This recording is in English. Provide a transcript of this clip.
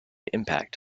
impact